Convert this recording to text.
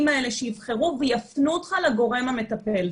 האלה שיבחרו ויפנו אותך לגורם המטפל.